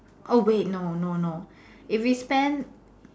oh wait no no no if we spend